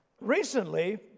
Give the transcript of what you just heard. Recently